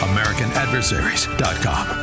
AmericanAdversaries.com